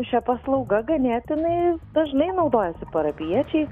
šia paslauga ganėtinai dažnai naudojasi parapijiečiai